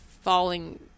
falling